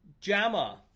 Jammer